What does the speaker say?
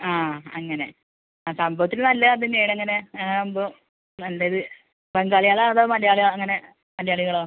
ആ അങ്ങനെ ആ സംഭവത്തിന് നല്ല അതുതന്നെയാണ് അങ്ങനെ അതാവുമ്പോൾ നല്ലത് ബംഗാളികളോ അതോ മലയാളി അങ്ങനെ മലയാളികളോ